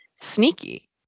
sneaky